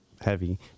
heavy